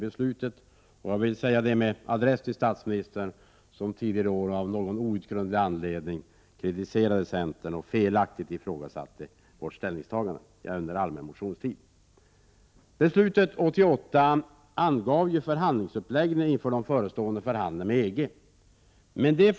Detta säger jag med adress till statsministern som tidigare i år av någon outgrundlig anledning kritiserade centern och felaktigt ifrågasatte vårt ställningstagande. Beslutet 1988 angav ju förhandlingsuppläggning inför de förestående förhandlingarna med EG.